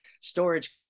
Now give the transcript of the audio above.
storage